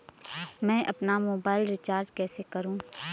मैं अपना mobile recharge कैसे करूँ?